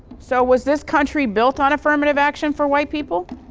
so, was this country built on affirmative action for white people?